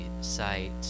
site